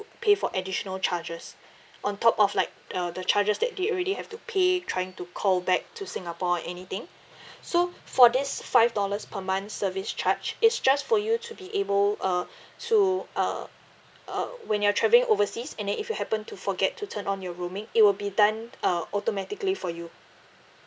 pay for additional charges on top of like uh the charges that they already have to pay trying to call back to singapore or anything so for this five dollars per month service charge it's just for you to be able uh to uh uh when you're traveling overseas and then if you happen to forget to turn on your roaming it will be done uh automatically for you